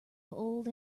old